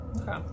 Okay